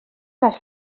les